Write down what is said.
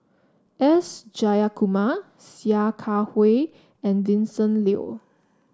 S Jayakumar Sia Kah Hui and Vincent Leow